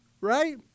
Right